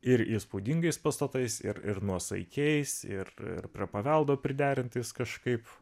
ir įspūdingais pastatais ir ir nuosaikiais ir prie paveldo priderintais kažkaip